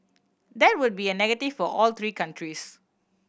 that would be a negative for all three countries